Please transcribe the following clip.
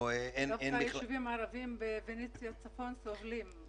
--- דווקא היישובים הערביים ב"פניציה" צפון סובלים.